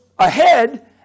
Ahead